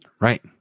Right